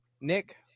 Nick